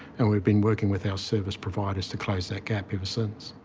and we've been working with our service providers to close that gap ever since.